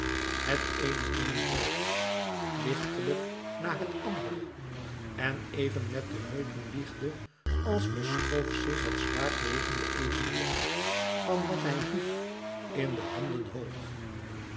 het eene been boog lichtelijk na het andere en even met de heupen wiegde als verschoof zich het zwaar wegende evenwicht van wat hij hief in de handen hoog